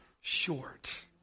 short